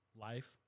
life